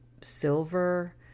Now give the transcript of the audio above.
silver